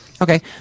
Okay